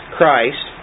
Christ